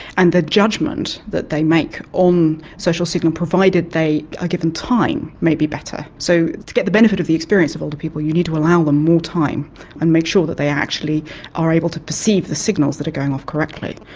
and the judgement that they make on social signals, provided they are ah given time, may be better. so to get the benefit of the experience of older people you need to allow them more time and make sure that they actually are able to perceive the signals that are going off correctly.